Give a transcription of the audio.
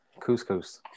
couscous